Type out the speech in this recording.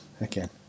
again